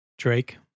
drake